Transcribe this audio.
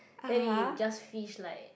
then he'll just fish like